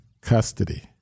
custody